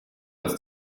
als